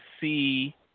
see